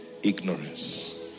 ignorance